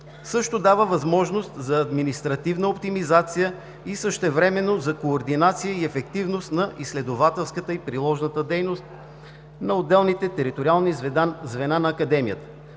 също дава възможност за административна оптимизация и същевременно за координация и ефективност на изследователската и приложната дейност на отделните териториални звена на Академията.